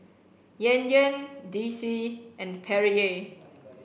Yan Yan D C and Perrier